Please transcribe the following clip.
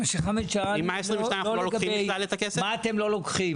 מה אתם לא לוקחים?